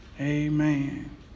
Amen